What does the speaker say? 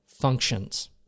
functions